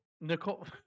Nicole